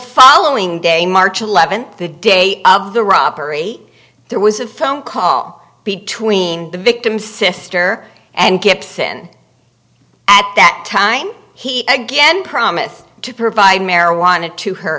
following day march eleventh the day of the robbery there was a phone call between the victim's sister and gibson at that time he again promised to provide marijuana to her